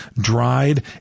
dried